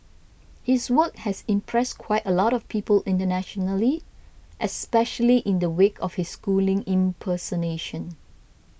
his work has impressed quite a lot of people internationally especially in the wake of his schooling impersonation